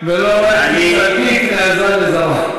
ולא ראיתי צדיק נעזב וזרעו,